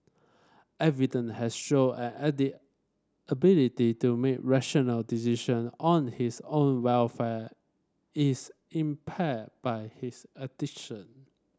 evident has shown an addict ability to make rational decision on his own welfare is impaired by his addiction